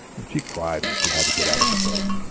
and she cried when she had to get out of the boat.